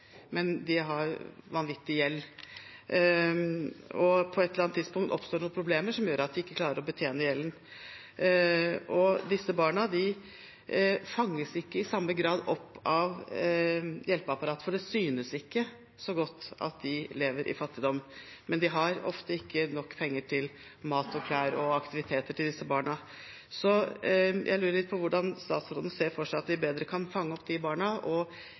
men de har en vanvittig gjeld. Og på et eller annet tidspunkt oppstår det problemer som gjør at de ikke klarer å betjene gjelden. Disse barna fanges ikke i samme grad opp av hjelpeapparatet, for det synes ikke så godt at de lever i fattigdom, men de har ofte ikke nok penger til mat, klær og aktiviteter til disse barna. Jeg lurer litt på hvordan statsråden ser for seg at vi på en bedre måte kan fange opp disse barna